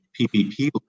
PPP